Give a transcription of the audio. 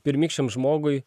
pirmykščiam žmogui